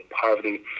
poverty